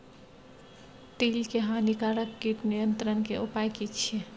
तिल के हानिकारक कीट नियंत्रण के उपाय की छिये?